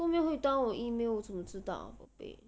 都没有回答我 email 我怎么会知道宝贝